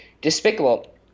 despicable